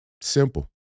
Simple